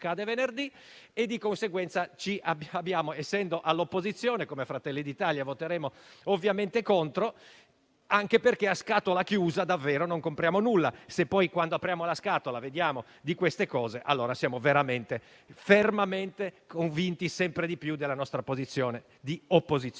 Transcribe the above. e, di conseguenza, essendo all'opposizione, Fratelli d'Italia voterà ovviamente contro. Del resto, a scatola chiusa non compriamo nulla e se poi, quando apriamo la scatola, vediamo cose di questo tipo, allora siamo veramente e fermamente convinti, sempre di più, della nostra posizione all'opposizione.